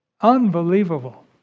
Unbelievable